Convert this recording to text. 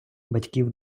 батьків